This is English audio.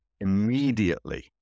immediately